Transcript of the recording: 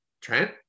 Trent